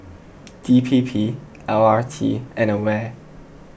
D P P L R T and Aware